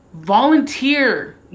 volunteer